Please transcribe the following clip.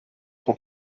pro